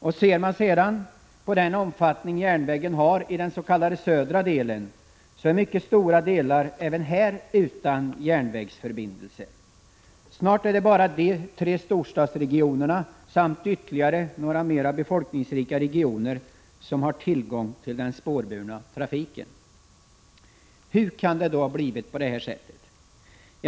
Och ser man sedan på den omfattning järnvägen har i den s.k. södra delen, finner man att mycket stora delar även här är utan järnvägsförbindelser. Snart är det bara de tre storstadsregionerna samt ytterligare några mera befolkningsrika regioner som har tillgång till den spårburna trafiken. Hur kan det då ha blivit på det viset?